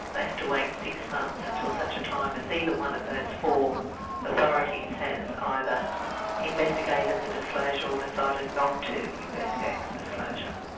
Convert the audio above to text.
but have to wait six months, until such a time as either one of those four authorities has either investigated the disclosure or decided not to investigate the disclosure.